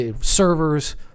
servers